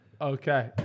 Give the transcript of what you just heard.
Okay